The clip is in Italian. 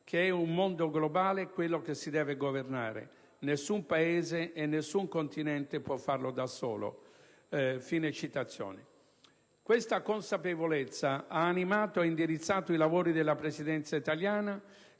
che è un mondo globale quello che si deve governare. Nessun Paese e nessun Continente può fare da solo». Questa consapevolezza ha animato e indirizzato i lavori della Presidenza italiana,